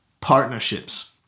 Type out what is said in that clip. partnerships